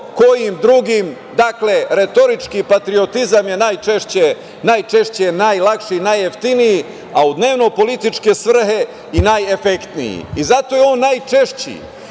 kojim drugim. Dakle, retorički patriotizam je najčešći, najlakši i najjeftiniji, a u dnevno-političke svrhe i najefektniji. Zato je on najčešći.Međutim,